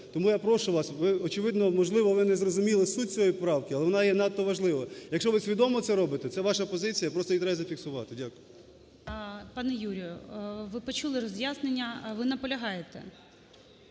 Тому я прошу вас, ви, очевидно, можливо, ви не зрозуміли суть цієї правки, але вона є надто важлива. Якщо ви свідомо це робите – це ваша позиція, просто її треба зафіксувати. Дякую. ГОЛОВУЮЧИЙ. Пане Юрію, ви почули роз'яснення. Ви наполягаєте?